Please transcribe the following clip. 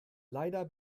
leider